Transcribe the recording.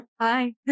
Hi